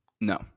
No